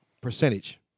percentage